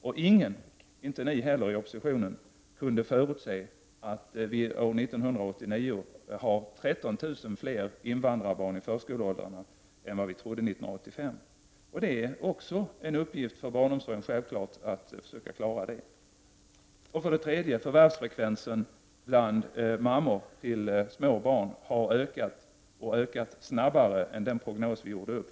Och ingen, inte heller ni i oppositionen, kunde förutse att vi år 1989 skulle ha 13 000 fler invandrarbarn i förskoleåldrarna än vad vi trodde 1985. Det är självfallet också en uppgift för barnomsorgen att försöka klara detta. Förvärvsfrekvensen bland mammor till små barn har ökat — och ökat snabbare än enligt den prognos vi gjorde upp.